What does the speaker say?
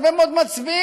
הרבה מאוד מצביעים.